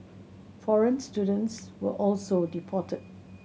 foreign students were also deported